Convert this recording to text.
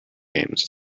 games